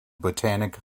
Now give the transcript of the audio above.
botanic